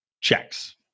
checks